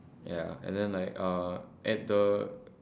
ya and then like uh at the